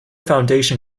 foundation